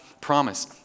promise